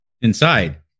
inside